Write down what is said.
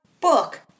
book